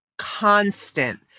constant